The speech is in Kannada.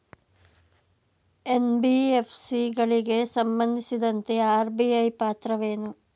ಎನ್.ಬಿ.ಎಫ್.ಸಿ ಗಳಿಗೆ ಸಂಬಂಧಿಸಿದಂತೆ ಆರ್.ಬಿ.ಐ ಪಾತ್ರವೇನು?